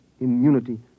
immunity